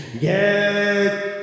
Get